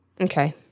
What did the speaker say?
Okay